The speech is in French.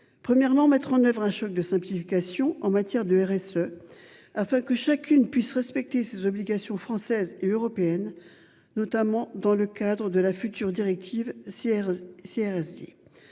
Premièrement, mettre en oeuvre un choc de simplification en matière de RSE. Afin que chacune puisse respecter ses obligations françaises et européennes. Notamment dans le cadre de la future directive